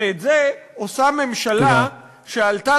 ואת זה עושה ממשלה,